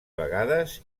vegades